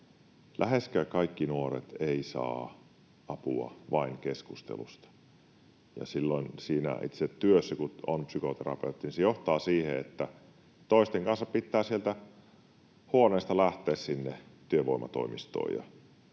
läheskään kaikki nuoret eivät saa apua vain keskustelusta. Silloin siinä itse työssä, kun olen psykoterapeutti, se johtaa siihen, että toisten kanssa pitää sieltä huoneesta lähteä sinne työvoimatoimistoon